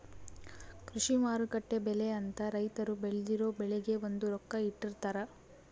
ಕೃಷಿ ಮಾರುಕಟ್ಟೆ ಬೆಲೆ ಅಂತ ರೈತರು ಬೆಳ್ದಿರೊ ಬೆಳೆಗೆ ಒಂದು ರೊಕ್ಕ ಇಟ್ಟಿರ್ತಾರ